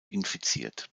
infiziert